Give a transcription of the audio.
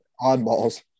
Oddballs